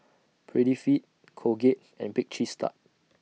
Prettyfit Colgate and Bake Cheese Tart